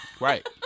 right